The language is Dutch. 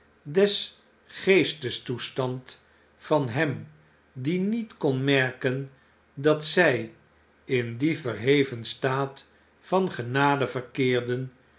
dengeestestoestand van hem die niet kon merken datzy in dien verheven staat van genade verkeerden